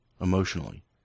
emotionally